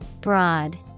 Broad